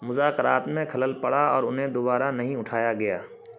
مذاکرات میں خلل پڑا اور انہیں دوبارہ نہیں اٹھایا گیا